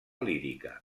lírica